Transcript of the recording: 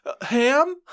Ham